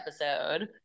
episode